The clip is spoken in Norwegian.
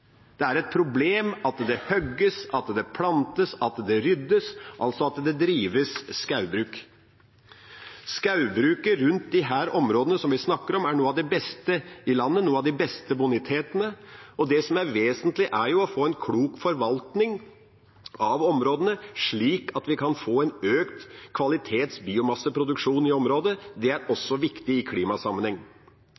Det er et problem at det hogges, plantes og ryddes – altså at det drives skogbruk. Skogbruket rundt disse områdene vi snakker om, er noe av det beste i landet, noen av de beste bonitetene. Det som er vesentlig, er å få en klok forvaltning av områdene, slik at vi kan få en økt kvalitetsbiomasseproduksjon i områdene. Det er